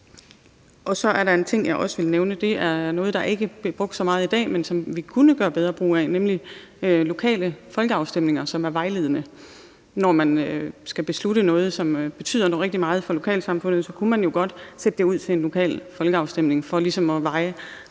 ud. Så er der en ting, jeg også vil nævne, og det er noget, der ikke bliver brugt så meget i dag, men som vi kunne gøre bedre brug af, nemlig lokale folkeafstemninger, som er vejledende. Når man skal beslutte noget, som betyder rigtig meget for lokalsamfundet, så kunne man jo godt sende det ud til en lokal folkeafstemning for ligesom at vejre,